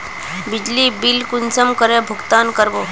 बिजली बिल कुंसम करे भुगतान कर बो?